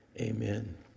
Amen